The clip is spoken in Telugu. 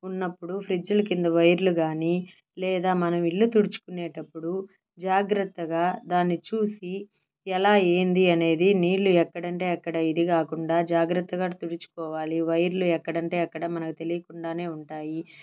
ఉన్నప్పుడు ఫ్రిడ్జ్లు కింద వైర్లు కాని లేదా మనం ఇల్లు తుడుచుకునేటప్పుడు జాగ్రత్తగా దాన్ని చూసి ఎలా ఏంది అనేది నీళ్ళు ఎక్కడంటే అక్కడ ఇది కాకుండా జాగ్రత్తగా తుడుచుకోవాలి వైర్లు ఎక్కడంటే అక్కడ మనకు తెలీకుండానే ఉంటాయి